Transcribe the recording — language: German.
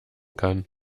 kann